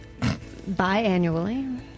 biannually